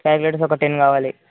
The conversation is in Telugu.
క్యాల్కులేటర్స్ ఒక టెన్ కావాలి